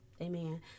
Amen